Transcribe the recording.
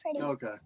okay